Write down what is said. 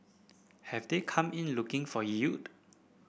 have they come in looking for yield